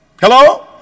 Hello